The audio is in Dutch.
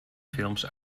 films